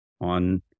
on